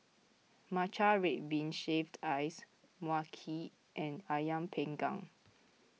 Matcha Red Bean Shaved Ice Mui Kee and Ayam Panggang